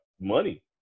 money